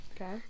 okay